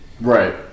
right